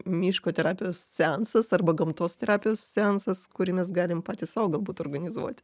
miško terapijos seanas arba gamtos terapijos seansas kurį mes galim patys sau galbūt organizuoti